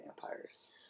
vampires